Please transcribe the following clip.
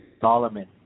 Solomon